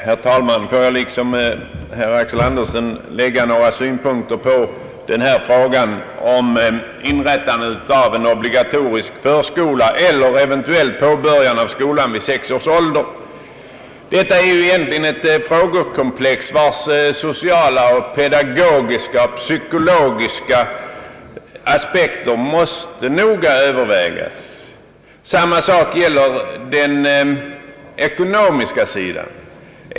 Herr talman! Må det tillåtas mig att i likhet med herr Axel Andersson ge några synpunkter beträffande frågan om inrättandet av en obligatorisk förskola eller eventuellt påbörjande av skolan vid sex års ålder. Detta är ett frågekomplex vars sociala, pedagogiska och «psykologiska aspekter måste noga övervägas. Samma sak gäller den ekonomiska sidan.